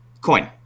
coin